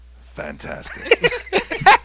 Fantastic